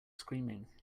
screaming